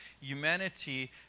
humanity